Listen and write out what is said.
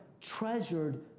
treasured